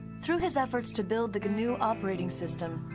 through his efforts to build the gnu operating system.